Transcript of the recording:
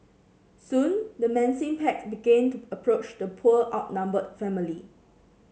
soon the menacing pack began to approach the poor outnumbered family